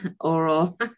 oral